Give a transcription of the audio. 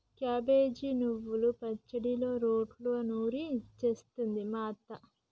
cabbage నువ్వల పచ్చడి రోట్లో నూరి చేస్తది మా అత్త